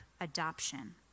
adoption